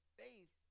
faith